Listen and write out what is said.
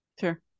Sure